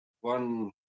one